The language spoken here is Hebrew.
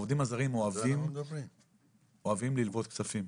העובדים הזרים אוהבים ללוות כספים.